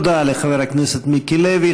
תודה לחבר הכנסת מיקי לוי.